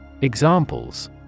Examples